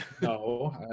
No